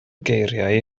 geiriau